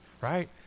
right